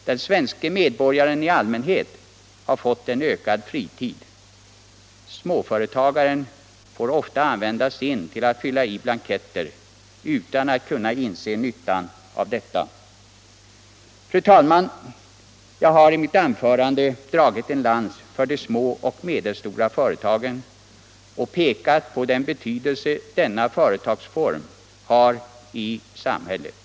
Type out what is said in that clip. Den svenske medborgaren i allmänhet har fått en ökad fritid — småföretagaren får ofta använda sin till att fylla i blanketter, utan att kunna inse nyttan av detta. Fru talman! Jag har i mitt anförande dragit en lans för de små och medelstora företagen och pekat på den betydelse denna företagsform har i samhället.